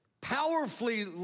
powerfully